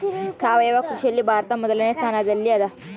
ಸಾವಯವ ಕೃಷಿಯಲ್ಲಿ ಭಾರತ ಮೊದಲನೇ ಸ್ಥಾನದಲ್ಲಿ ಅದ